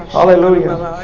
Hallelujah